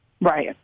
Right